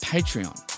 Patreon